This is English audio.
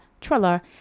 trailer